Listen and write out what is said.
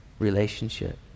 Relationship